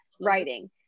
writing